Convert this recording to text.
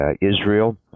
Israel